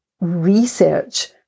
research